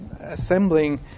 assembling